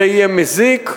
זה יהיה מזיק,